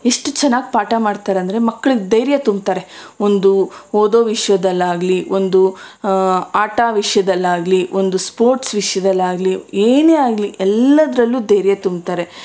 ಎಷ್ಟು ಚೆನ್ನಾಗಿ ಪಾಠ ಮಾಡ್ತಾರಂದರೆ ಮಕ್ಕಳಿಗೆ ಧೈರ್ಯ ತುಂಬ್ತಾರೆ ಒಂದು ಓದೋ ವಿಷಯದಲ್ಲಾಗ್ಲಿ ಒಂದು ಆಟ ವಿಷಯದಲ್ಲಾಗ್ಲಿ ಒಂದು ಸ್ಪೋರ್ಟ್ಸ್ ವಿಷಯದಲ್ಲಾಗ್ಲಿ ಏನೇ ಆಗಲಿ ಎಲ್ಲದರಲ್ಲೂ ಧೈರ್ಯ ತುಂಬ್ತಾರೆ